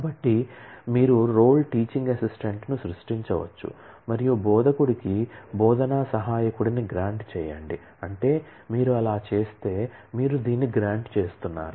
కాబట్టి మీరు role teaching అసిస్టెంట్ను సృష్టించవచ్చు మరియు బోధకుడికి బోధనా సహాయకుడిని గ్రాంట్ చేస్తున్నారు